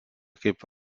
kaip